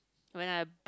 when I